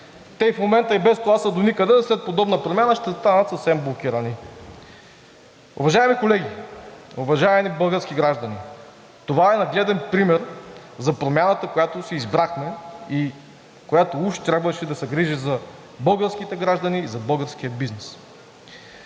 Те и в момента и без това са доникъде, а след подобна промяна ще станат съвсем блокирани. Уважаеми колеги, уважаеми български граждани! Това е нагледен пример за промяната, която си избрахме и която уж трябваше да се грижи за българските граждани, за българския бизнес.